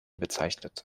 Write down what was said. bezeichnet